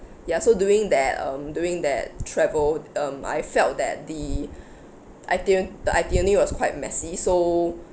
ya so during that um during that travel um I felt that the itine~ the itinerary was quite messy so